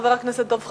חבר הכנסת דב חנין,